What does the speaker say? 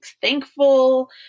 thankful